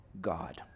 God